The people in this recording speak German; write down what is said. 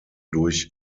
durch